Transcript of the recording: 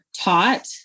taught